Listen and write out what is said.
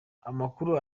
amakuru